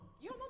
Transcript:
you